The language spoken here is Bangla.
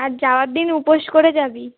আর যাওয়ার দিন উপোস করে যাবি